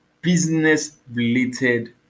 business-related